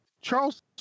Charles